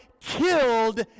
killed